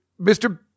Mr